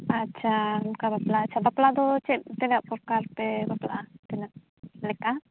ᱟᱪᱪᱷᱟ ᱚᱱᱠᱟ ᱵᱟᱯᱞᱟ ᱟᱪᱪᱷᱟ ᱵᱟᱯᱞᱟ ᱫᱚ ᱪᱮᱫ ᱛᱤᱱᱟᱹᱜ ᱯᱚᱨᱠᱟᱨ ᱯᱮ ᱵᱟᱯᱞᱟᱜᱼᱟ ᱛᱤᱱᱟᱹᱜ ᱞᱮᱠᱟ